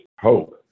hope